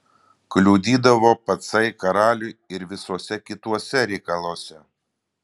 kliudydavo pacai karaliui ir visuose kituose reikaluose